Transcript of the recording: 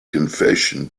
confession